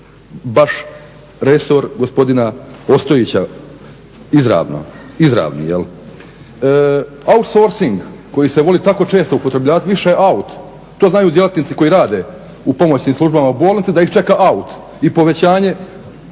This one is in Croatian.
baš resor gospodina Ostojića izravni. Outsourcing koji se voli tako često upotrebljavat više je out, to znaju djelatnici koji rade u pomoćnim službama u bolnici da ih čeka out i povećanje